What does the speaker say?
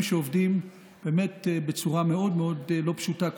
שעובדים באמת בצורה מאוד מאוד לא פשוטה.